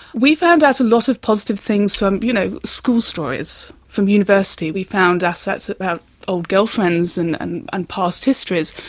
we found out a lot of positive things from you know school stories from university. we found ah so out about old girlfriends and and and past histories.